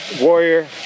Warrior